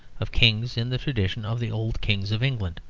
of kings in the tradition of the old kings of england.